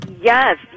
Yes